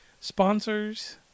sponsors